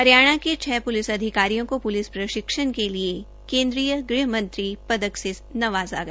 हरियाणा के छ पुलिस अधिकारियों को पुलिस प्रशिक्षण के लिए केन्द्रीय गृहमंत्री पदक से नवाज़ा गया